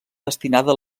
destinada